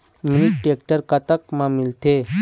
Mini tractor कतक म मिलथे?